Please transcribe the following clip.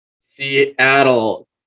Seattle